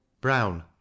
Brown